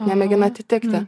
nemėginat įtikti